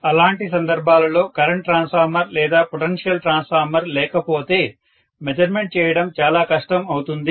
అలాంటి సందర్భాలలో current transformer లేదా పొటెన్షియల్ ట్రాన్స్ఫార్మర్ లేకపోతే మెజర్మెంట్ చేయడం చాలా కష్టం అవుతుంది